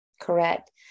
Correct